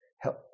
help